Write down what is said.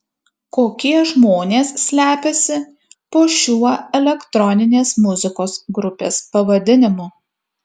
kokie žmonės slepiasi po šiuo elektroninės muzikos grupės pavadinimu